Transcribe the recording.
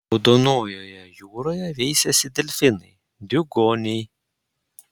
raudonojoje jūroje veisiasi delfinai diugoniai